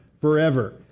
forever